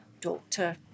Doctor